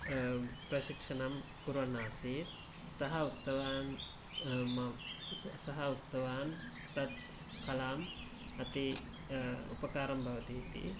प्रशिक्षणं कुर्वन् आसीत् सः उक्तवान् सः उक्तवान् तत् कलां अति उपकारं भवति इति